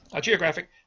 Geographic